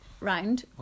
round